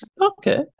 Okay